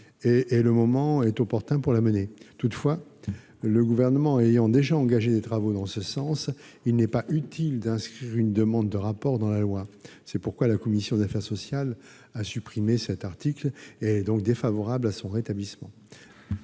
et le moment est opportun pour la mener. Toutefois, le Gouvernement ayant déjà engagé des travaux en ce sens, il n'est pas utile d'inscrire une demande de rapport dans la loi. C'est pourquoi la commission des affaires sociales a supprimé l'article 26. Elle est par conséquent défavorable à son rétablissement.